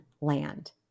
land